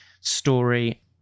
story